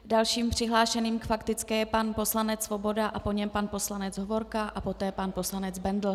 Dalším přihlášeným k faktické je pan poslanec Svoboda a po něm pan poslanec Hovorka, poté pan poslanec Bendl.